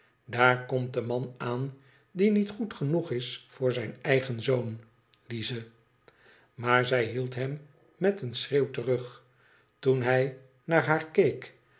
daar komt de man aan die niet goed genoeg is voor zijn eigen zoon i lize maar zij hield hem met een schreeuw terug toen hij naar haar keek